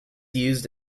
used